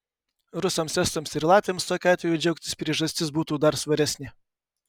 rusams estams ir latviams tokiu atveju džiaugtis priežastis būtų dar svaresnė